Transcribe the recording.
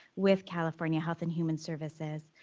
with california health and human services,